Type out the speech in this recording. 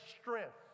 strength